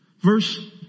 verse